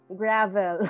gravel